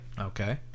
Okay